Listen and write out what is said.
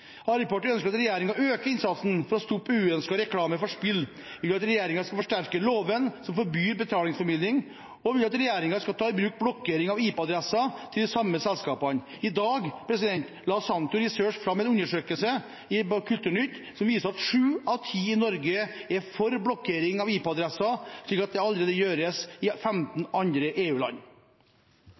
Arbeiderpartiet ønsker at regjeringen øker innsatsen for å stoppe uønsket reklame for spill. Vi vil at regjeringen skal forsterke loven som forbyr betalingsformidling, og vil at regjeringen skal ta i bruk blokkering av IP-adresser til de samme selskapene. I dag la Sentio Research fram en undersøkelse i Kulturnytt som viser at 7 av 10 i Norge er for blokkering av IP-adresser slik det allerede gjøres i 15